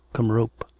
come rope!